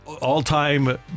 all-time